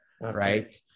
Right